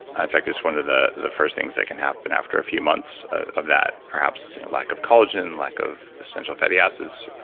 in fact, it's one of the the first things that can happen after a few months of that perhaps lack of collagen, lack of essential fatty acids,